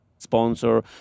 sponsor